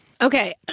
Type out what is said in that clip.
Okay